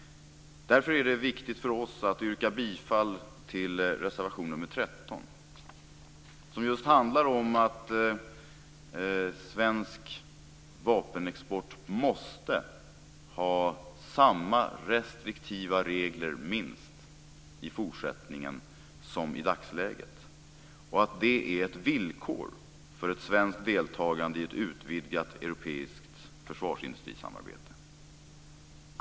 Därför är det viktigt för oss att yrka bifall till reservation nr 13, som just handlar om att svensk vapenexport måste ha minst samma restriktiva regler i fortsättningen som i dagsläget och att det är ett villkor för ett svenskt deltagande i ett utvidgat europeiskt försvarsindustrisamarbete.